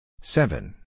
seven